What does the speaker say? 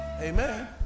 Amen